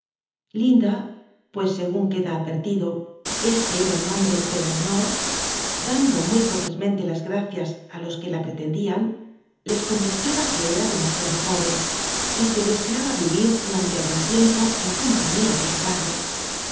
inda pues segun queda at l rlido este cnt el nom lwe de la menor damlo mu corlc menle la gracias it lo ijuc la pretendían les conleolaha que era demasiado jth en y que dc eaba ir durante algun tiempo en rompaiiia de su padre